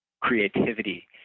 creativity